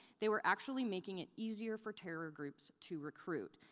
they were actually making it easier for terror groups to recruit.